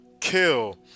kill